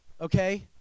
Okay